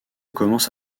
commence